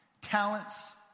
talents